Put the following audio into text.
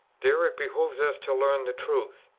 there it behoves us to learn the truth,